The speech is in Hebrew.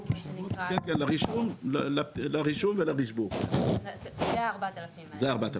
כן, לרישום ול- --, זה ה-4000.